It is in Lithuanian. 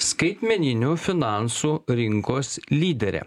skaitmeninių finansų rinkos lydere